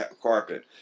carpet